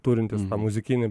turintis tą muzikinį